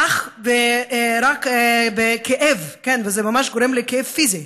עוד יותר מזה, בכאב, זה ממש גורם לי כאב פיזי,